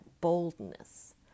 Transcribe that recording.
boldness